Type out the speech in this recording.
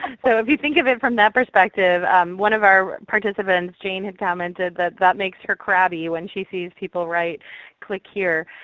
so if you think of it from that perspective one of our participants, jane, had commented that that makes her crabby when she sees people write click here,